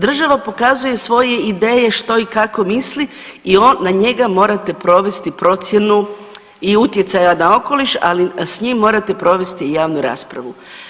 Država pokazuje svoje ideje što i kako misli i na njega morate provesti procjenu i utjecaja na okoliš, ali s njim morate provesti i javnu raspravu.